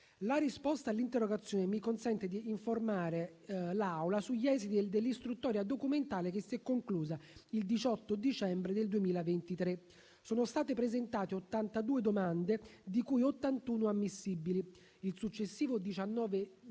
La risposta all'interrogazione mi consente di informare l'Assemblea sugli esiti dell'istruttoria documentale che si è conclusa il 18 dicembre 2023. Sono state presentate 82 domande, di cui 81 ammissibili. Il successivo 19 dicembre